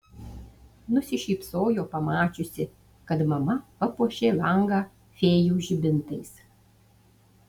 nusišypsojo pamačiusi kad mama papuošė langą fėjų žibintais